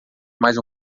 mais